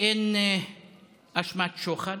אין אשמת שוחד,